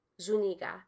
Zuniga